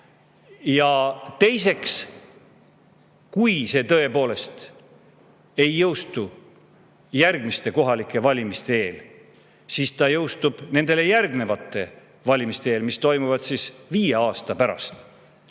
Teiseks, kui see tõepoolest ei jõustu järgmiste kohalike valimiste eel, siis ta jõustub nendele järgnevate valimiste eel, mis toimuvad viie aasta pärast.